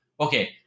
okay